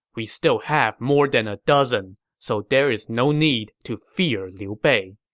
we still have more than a dozen, so there is no need to fear liu bei.